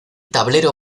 tablero